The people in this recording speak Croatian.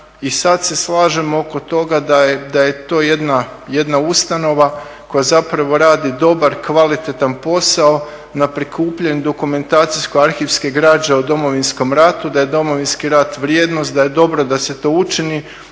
i sad se slažemo oko toga da je to jedna ustanova koja zapravo radi dobar kvalitetan posao na prikupljanju dokumentacijo arhivske građe o Domovinskom ratu, da je Domovinski rat vrijednost, da je dobro da se to učini